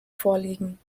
vorliegen